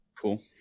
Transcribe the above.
cool